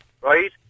right